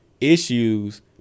issues